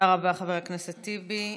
חבר הכנסת טיבי.